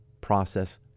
process